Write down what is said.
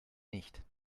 nicht